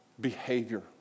behavior